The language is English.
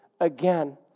again